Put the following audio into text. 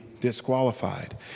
disqualified